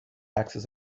access